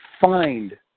find